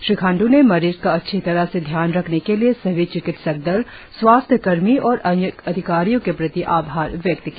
श्री खांडू ने मरीज का अच्छी तरह से ध्यान रखने के लिए सभी चिकित्सक दल स्वास्थ्य कर्मी और अन्य अधिकारियों के प्रति आभार व्यक्त किया